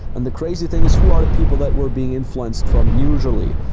and the crazy thing is, who are the people that we're being influenced from usually?